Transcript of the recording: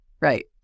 right